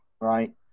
Right